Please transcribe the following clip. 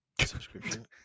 subscription